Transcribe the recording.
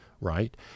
Right